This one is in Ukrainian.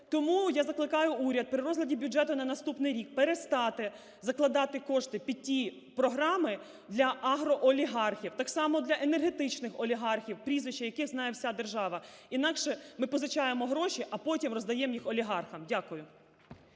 Тому я закликаю уряд при розгляді бюджету на наступний рік перестати закладати кошти під ті програми для агроолігархів, так само для енергетичних олігархів, прізвище яких знає вся держава. Інакше ми позичаємо гроші, а потім роздаємо їх олігархам. Дякую.